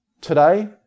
Today